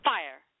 Fire